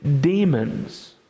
demons